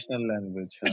language